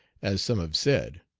as some have said.